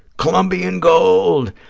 columbian gold,